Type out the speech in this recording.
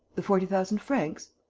the forty thousand francs?